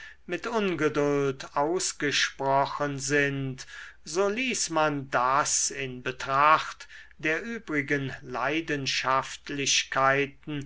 mit ungeduld ausgesprochen sind so ließ man das in betracht der übrigen leidenschaftlichkeiten